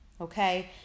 Okay